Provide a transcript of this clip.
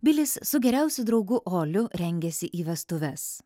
bilis su geriausiu draugu oliu rengiasi į vestuves